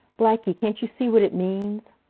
blackie, can't you see what it means!